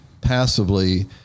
passively